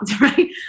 right